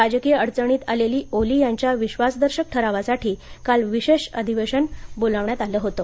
राजकीय अडचणीत आलेल्या ओली यांच्या विश्वासदर्शक ठरावासाठी काल विशेष अधिवेशन बोलाविण्यात आलं होतं